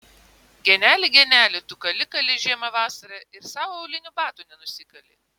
geneli geneli tu kali kali žiemą vasarą ir sau aulinių batų nenusikali